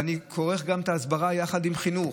ואני כורך את ההסברה יחד עם חינוך.